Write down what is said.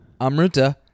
amruta